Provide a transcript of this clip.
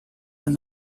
have